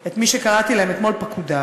את מי שקראתי להם אתמול פקודיו,